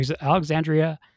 Alexandria